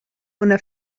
una